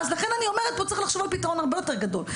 לכן אני אומרת שצריך לחשוב פה על פתרון הרבה יותר גדול,